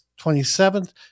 27th